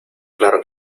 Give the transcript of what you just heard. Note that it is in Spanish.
claro